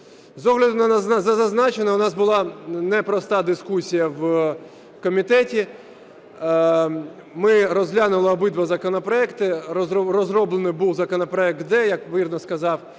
З огляду на зазначене, у нас була непроста дискусія в комітеті. Ми розглянули обидва законопроекти, розроблений був законопроект "д", як вірно сказав